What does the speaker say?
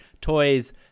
toys